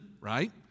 Right